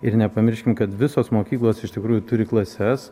ir nepamirškim kad visos mokyklos iš tikrųjų turi klases